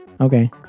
Okay